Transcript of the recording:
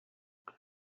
there